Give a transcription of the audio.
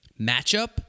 Matchup